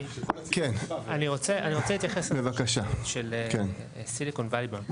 אני רוצה להתייחס ל --- של Silicon Valley Bank.